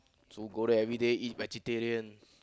so go there everyday eat vegetarian